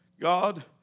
God